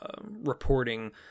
reporting